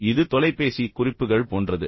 எனவே இது தொலைபேசி குறிப்புகள் போன்றது